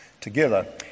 together